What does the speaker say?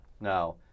Now